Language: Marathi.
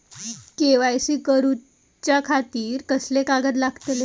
के.वाय.सी करूच्या खातिर कसले कागद लागतले?